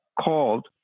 called